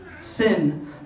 sin